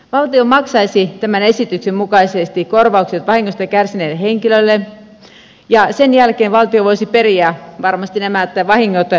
valtio maksaisi tämän esityksen mukaisesti korvaukset vahingosta kärsineelle henkilölle ja sen jälkeen valtio voisi varmasti periä nämä vahingot valmistajalta